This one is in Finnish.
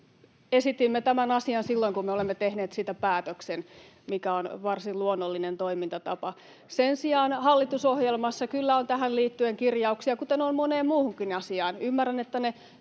Esitimme tämän asian silloin, kun me olimme tehneet siitä päätöksen, mikä on varsin luonnollinen toimintatapa. Sen sijaan hallitusohjelmassa kyllä on tähän liittyen kirjauksia, kuten on moneen muuhunkin asiaan. Ymmärrän, että